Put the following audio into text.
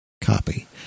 copy